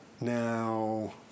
Now